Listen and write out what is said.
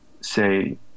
say